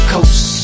Coast